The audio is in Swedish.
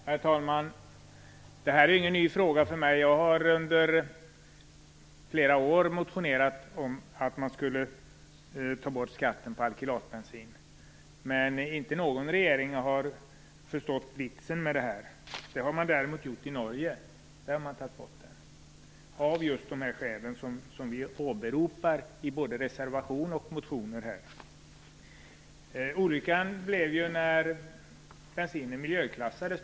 Herr talman! Det här är ingen ny fråga för mig. Jag har under flera år motionerat om att man bör ta bort skatten på alkylatbensin, men inte någon regering har förstått vitsen med detta. Det har man däremot gjort i Norge. Där har man tagit bort skatten av just de skäl som vi åberopar i både motioner och reservation här. Olyckan skedde ju när bensinen miljöklassades.